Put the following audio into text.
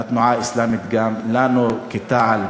לתנועה האסלאמית גם, לנו בתע"ל,